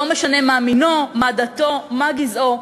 לא משנה מה מינו, מה דתו, מה גזעו.